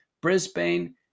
brisbane